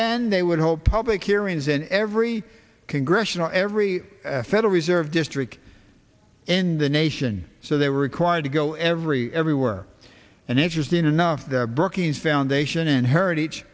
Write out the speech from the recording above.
then they would hold public hearings in every congressional every federal reserve district in the nation so they were required to go every everywhere and interesting enough the brookings foundation and heritage